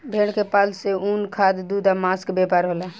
भेड़ के पालन से ऊन, खाद, दूध आ मांस के व्यापार होला